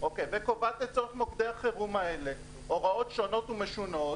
וקובעת לצורך מוקדי החירום האלה הוראות שונות ומשונות,